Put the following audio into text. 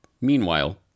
Meanwhile